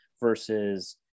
versus